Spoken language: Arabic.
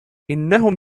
إنهم